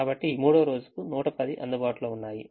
కాబట్టి మూడవ రోజుకు 110 అందుబాటులో ఉన్నాయి